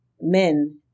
men